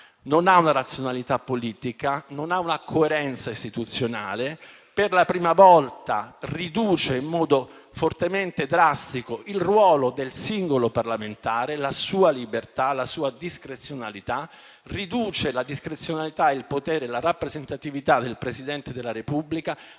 non ha una razionalità politica, non ha una coerenza istituzionale. Per la prima volta riduce in modo fortemente drastico il ruolo del singolo parlamentare, la sua libertà, la sua discrezionalità. Riduce la discrezionalità, il potere e la rappresentatività del Presidente della Repubblica.